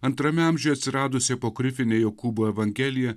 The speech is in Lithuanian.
antrame amžiuje atsiradusi apokrifinė jokūbo evangelija